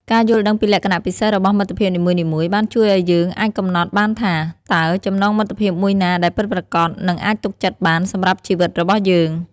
ការយល់ដឹងពីលក្ខណៈពិសេសរបស់មិត្តភាពនីមួយៗបានជួយឲ្យយើងអាចកំណត់បានថា តើចំណងមិត្តភាពមួយណាដែលពិតប្រាកដនិងអាចទុកចិត្តបានសម្រាប់ជីវិតរបស់យើង។